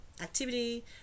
activity